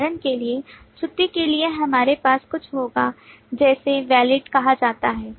उदाहरण के लिए छुट्टी के लिए हमारे पास कुछ होगा जिसे वैलिड कहा जाता है